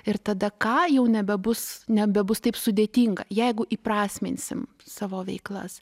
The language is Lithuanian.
ir tada ką jau nebebus nebebus taip sudėtinga jeigu įprasminsim savo veiklas